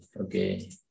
okay